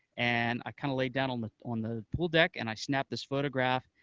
and i kind of laid down on on the pool deck, and i snapped this photograph.